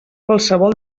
qualsevol